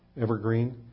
Evergreen